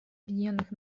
объединенных